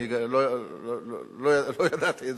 לא ידעתי זאת.